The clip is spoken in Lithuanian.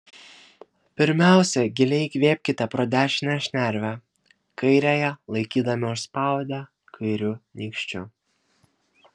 pirmiausia giliai įkvėpkite pro dešinę šnervę kairiąją laikydami užspaudę kairiu nykščiu